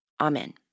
Amen